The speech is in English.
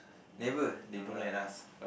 never they don't let us